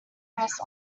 class